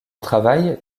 travail